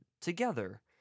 together